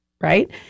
Right